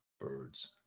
birds